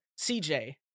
CJ